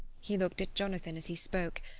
he looked at jonathan as he spoke,